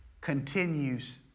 continues